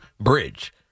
bridge